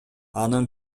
анын